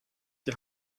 die